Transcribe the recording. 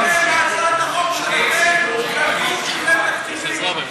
בהצעת החוק שלכם כתוב שהיא תקציבית.